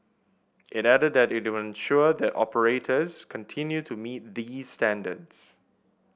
it added that it will ensure that the operators continue to meet these standards